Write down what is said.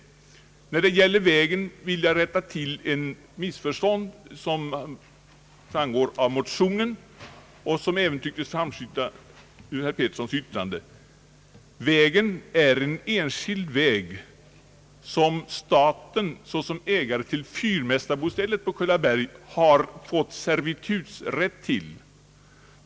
Beträffande denna väg vill jag emellertid rätta till ett missförstånd i motionen och som även framskymtade i herr Petterssons yttrande. Vägen är en enskild väg, som staten såsom ägare till fyrmästarbostället på Kullaberg har fått servitutsrätt till.